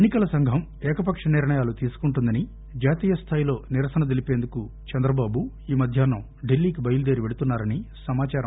ఎన్నికల సంఘం ఏకపక్ష నిర్ణయాలు తీసుకుంటుందని జాతీయ స్వాయిలో నిరసన తెలియజేసందుకు చంద్రబాబు ఈ మధ్యాహ్నం ఢిల్లీకి బయల్దేరి పెళ్తున్నారని సమాచారం